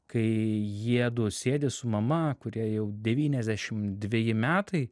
kai jiedu sėdi su mama kuriai jau devyniasdešim dveji metai